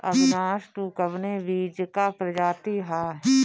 अविनाश टू कवने बीज क प्रजाति ह?